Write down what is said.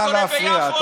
לא קורה ביפו,